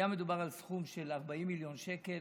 היה מדובר על סכום של 40 מיליון שקל,